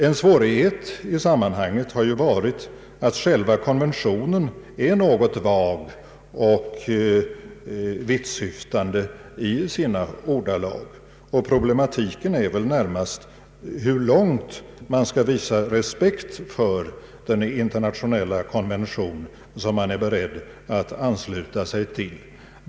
En svårighet i sammanhanget har va rit att själva konventionen är något vag och vittsyftande i sina ordalag. Problemet är väl närmast hur långt man skall visa respekt för den internationella konventionen som man är beredd att ansluta sig till.